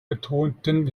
betonten